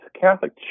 Catholic